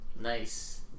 Nice